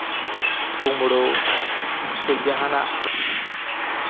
ᱠᱳᱢᱲᱳ ᱥᱮ ᱡᱟᱦᱟᱸᱱᱟᱜ